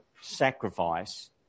sacrifice